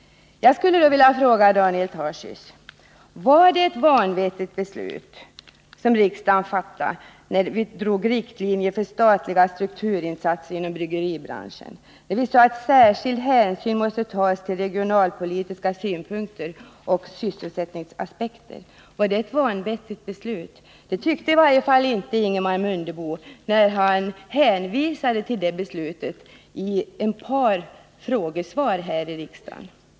Jag skulle då vilja fråga Daniel Tarschys: Var det ett vanvettigt beslut som riksdagen fattade när vi drog upp riktlinjerna för statliga strukturinsatser inom bryggeribranschen, där vi sade att särskild hänsyn måste tas till regionalpolitiska synpunkter och sysselsättningsaspekter? Ingemar Mundebo tyckte i varje fall inte att det var ett vanvettigt beslut när han hänvisade till det i ett par frågesvar här i riksdagen.